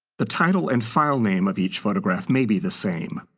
the title and file name of each photograph may be the same.